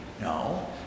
No